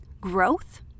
growth